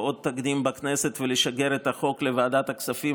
עוד תקדים בכנסת ולשגר את החוק לוועדת הכספים,